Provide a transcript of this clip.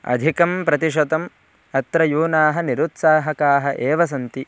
अधिकं प्रतिशतम् अत्र यूनः निरुत्साहकाः एव सन्ति